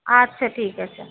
আচ্ছা ঠিক আছে